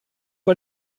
pas